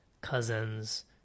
cousins